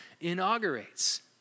inaugurates